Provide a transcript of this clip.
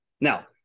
Now